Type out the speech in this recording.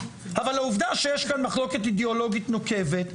אבל העובדה שיש כאן מחלוקת אידיאולוגית נוקבת,